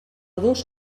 dos